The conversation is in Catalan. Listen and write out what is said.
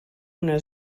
una